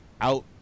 out